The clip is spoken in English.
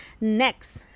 next